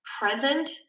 present